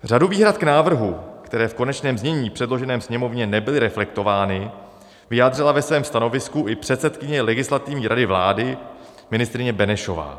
Řadu výhrad k návrhu, které v konečném znění předloženém Sněmovně nebyly reflektovány, vyjádřila ve svém stanovisku i předsedkyně Legislativní rady vlády ministryně Benešová.